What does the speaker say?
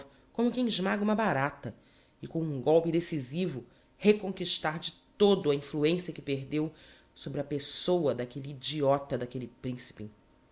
como quem esmága uma barata e com um golpe decisivo reconquistar de todo a influencia que perdeu sobre a pessoa d'aquelle idiota d'aquelle principe